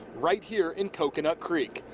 right here in coconut creek.